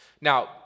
Now